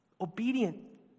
obedient